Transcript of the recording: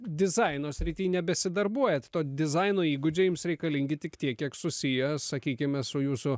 dizaino srity nebesidarbuojat to dizaino įgūdžiai jums reikalingi tik tiek kiek susiję sakykime su jūsų